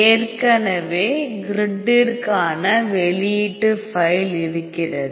ஏற்கனவே கிரிட்டிற்கான வெளியீட்டு ஃபைல் இருக்கிறது